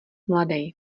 mladej